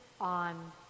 on